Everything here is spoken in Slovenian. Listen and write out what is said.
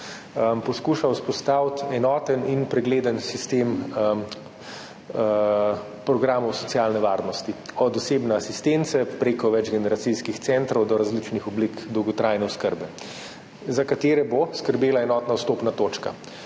poskuša vzpostaviti enoten in pregleden sistem programov socialne varnosti, od osebne asistence prek večgeneracijskih centrov do različnih oblik dolgotrajne oskrbe, za katere bo skrbela enotna vstopna točka.